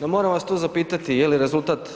No moram vas tu zapitati jeli rezultat